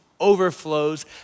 Overflows